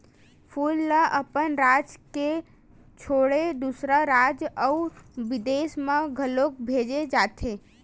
फूल ल अपन राज के छोड़े दूसर राज अउ बिदेस म घलो भेजे जाथे